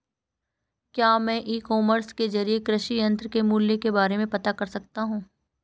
क्या मैं e commerce के ज़रिए कृषि यंत्र के मूल्य के बारे में पता कर सकता हूँ?